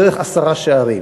דרך עשרה שערים,